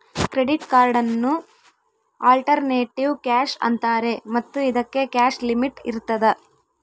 credit ಕಾರ್ಡನ್ನು alternative cash ಅಂತಾರೆ ಮತ್ತು ಇದಕ್ಕೆ ಕ್ಯಾಶ್ ಲಿಮಿಟ್ ಇರ್ತದ